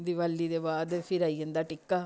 दिवाली दे बाद फिर आई जंदा टिक्का